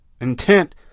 intent